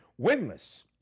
winless